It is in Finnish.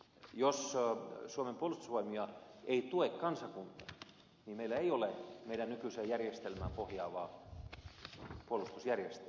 jos suomen puolustusvoimia ei tue kansakunta niin meillä ei ole meidän nykyiseen järjestelmäämme pohjaavaa puolustusjärjestelmää